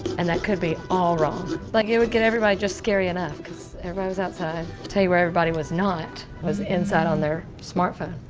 and that could be all wrong. like, it would get everybody just scary enough, cause everybody was outside. i'll tell you where everybody was not, was inside on their smartphone.